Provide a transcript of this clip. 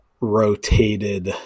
rotated